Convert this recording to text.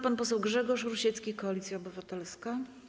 Pan poseł Grzegorz Rusiecki, Koalicja Obywatelska.